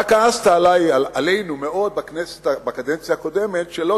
אתה כעסת עלינו מאוד בקדנציה הקודמת שלא